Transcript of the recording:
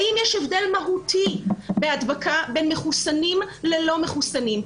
האם יש הבדל מהותי בין מחוסנים ללא מחוסנים.